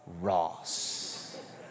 Ross